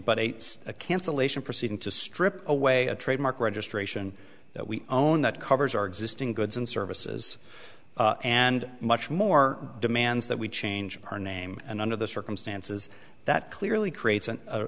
a cancellation proceeding to strip away a trademark registration that we own that covers our existing goods and services and much more demands that we change her name and under the circumstances that clearly creates an